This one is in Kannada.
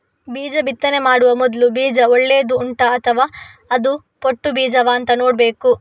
ಬೀಜ ಬಿತ್ತನೆ ಮಾಡುವ ಮೊದ್ಲು ಬೀಜ ಒಳ್ಳೆದು ಉಂಟಾ ಅಥವಾ ಅದು ಪೊಟ್ಟು ಬೀಜವಾ ಅಂತ ನೋಡ್ಬೇಕು